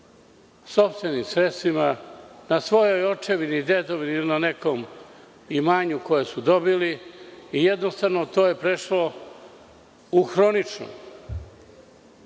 sopstvenim sredstvima na svojoj očevini, dedovini ili na nekom imanju koje su dobili i jednostavno to je prešlo u hronično. Tačno